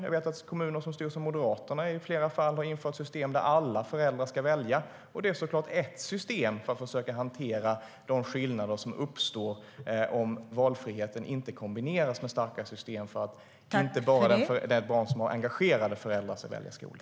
Jag vet att kommuner som styrs av Moderaterna i flera fall har infört system där alla föräldrar ska välja, och det är ett system för att hantera de skillnader som uppstår om valfriheten inte kombineras med starka system för att inte bara de barn som har engagerade föräldrar ska välja skola.